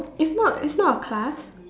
it's not it's not a class